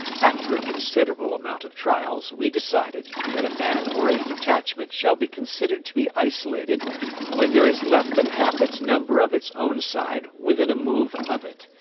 after a considerable amount of trials we decided that a man or a detachment shall be considered to be isolated when there is less than half its number of its own side within a move of it.